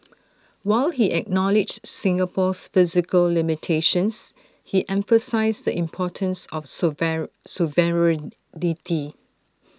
while he acknowledged Singapore's physical limitations he emphasised the importance of sovereignty